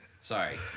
Sorry